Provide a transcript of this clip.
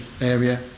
area